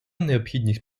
необхідність